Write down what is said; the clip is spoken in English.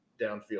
downfield